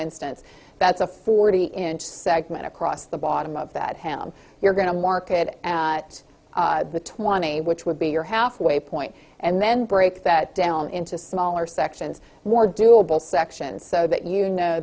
instance that's a forty inch segment across the bottom of that hand you're going to market the twenty which would be your half way point and then break that down into smaller sections more doable sections so that you know